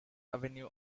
avenue